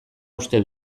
uste